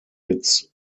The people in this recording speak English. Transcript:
its